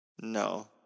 No